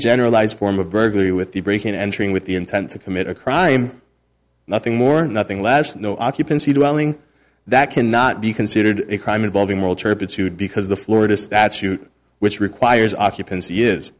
generalized form of burglary with the breaking and entering with the intent to commit a crime nothing more nothing less no occupancy dwelling that cannot be considered a crime involving moral turpitude because the florida statute which requires occupancy is